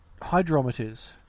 hydrometers